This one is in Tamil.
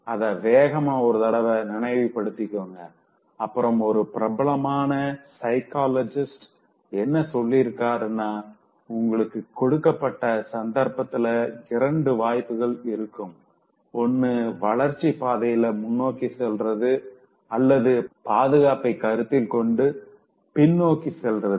அத வேகமா ஒரு தடவ நினைவுபடுத்திக்கோங்க அப்புறம் ஒரு பிரபலமான சைக்காலஜிஸ்ட் என்ன சொல்லிருக்காருனாஉங்களுக்கு கொடுக்கப்பட்ட சந்தர்ப்பத்துல ரெண்டு வாய்ப்புகள் இருக்கும்ஒன்னு வளர்ச்சி பாதையில முன்னோக்கி செல்றது அல்லது பாதுகாப்பை கருத்தில் கொண்டு பின்னோக்கி செல்றது